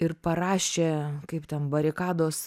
ir parašė kaip ten barikados